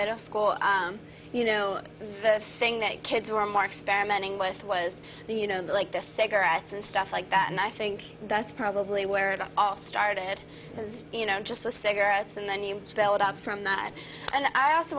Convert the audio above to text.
middle school you know the thing that kids were more experimental most was the you know like the cigarettes and stuff like that and i think that's probably where it all started because you know just with cigarettes and then you spell it out from that and i also